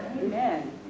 Amen